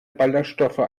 ballerstoffe